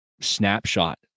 snapshot